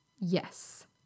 Yes